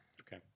Okay